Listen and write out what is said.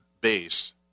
base